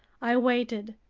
i waited,